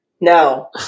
No